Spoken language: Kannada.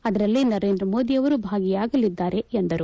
ಅದರಲ್ಲಿ ನರೇಂದ್ರ ಮೋದಿ ಅವರು ಭಾಗಿಯಾಗಲಿದ್ದಾರೆ ಎಂದರು